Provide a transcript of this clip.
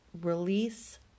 Release